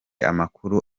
amakuru